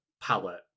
palette